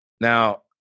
Now